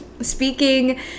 speaking